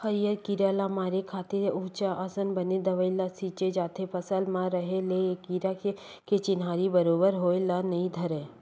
हरियर कीरा ल मारे खातिर उचहाँ असन बने दवई ल छींचे जाथे फसल म रहें ले ए कीरा के चिन्हारी बरोबर होय ल नइ धरय